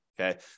Okay